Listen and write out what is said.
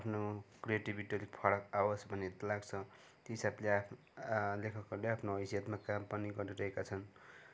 आफ्नो क्रिएटिभिटी अलिक फरक आओस् भन्ने लाग्छ त्यो हिसाबले आफ लेखकहरूले आफ्नो हैसियतमा काम पनि गरिरहेका छन्